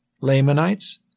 Lamanites